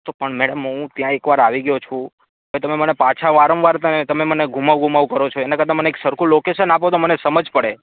તો પણ હું મેડમ ત્યાં એક વાર આવી ગયો છું પછી તમે મને પાછા વારંવાર તમે મને ઘુમાવ ઘુમાવ કરો છો એના કરતાં મને સરખું લોકેસન આપો તો મને સમજ પડે